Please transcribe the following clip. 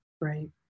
right